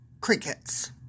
crickets